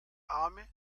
arme